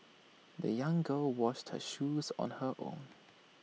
the young girl washed her shoes on her own